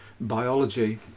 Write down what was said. biology